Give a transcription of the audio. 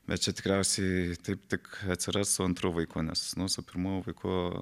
bet čia tikriausiai taip tik atsiras su antru vaiku nes nu su pirmu vaiku